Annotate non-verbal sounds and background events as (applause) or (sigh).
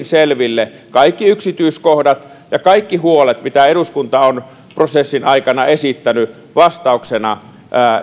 (unintelligible) selville kaikki yksityiskohdat ja kaikki huolet mitä eduskunta on prosessin aikana esittänyt vastauksena